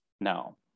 No